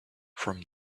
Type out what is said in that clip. from